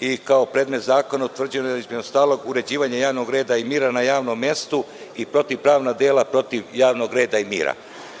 i kao predmet zakona utvrđeno je, između ostalog, uređivanje javnog reda i mira na javnom mestu i protivpravna dela protiv javnog reda i mira. Ja